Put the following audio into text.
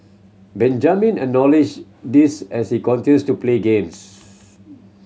Benjamin acknowledge this as the continue to play games